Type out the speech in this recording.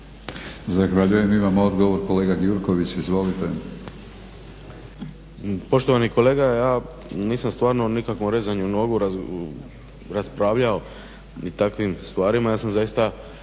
Zahvaljujem. Imamo odgovor, kolega Gjurković. Izvolite. **Gjurković, Srđan (HNS)** Poštovani kolega ja nisam stvarno o nikakvom rezanju nogu raspravljao, ni takvim stvarima, ja sam zaista